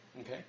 okay